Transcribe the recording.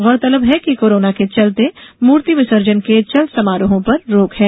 गौरतलब है कि कोरोना के चलते मूर्ति विसर्जन के चल समारोहों पर रोक है